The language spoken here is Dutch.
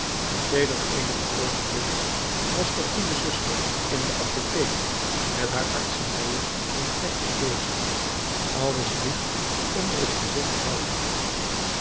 sedert eenige oogenblikken was de goede zuster in de apotheek met haar artsenijen en fleschjes bezig alles dicht onder t gezicht houdende